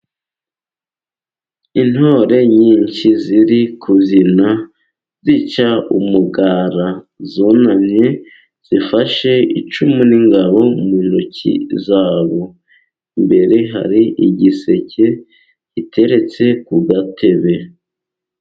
Intore nyinshi ziri kubyina zica umugara. Zunamye zifashe icumu n'ingabo mu ntoki zabo. Imbere hari igiseke giteretse ku gatebe.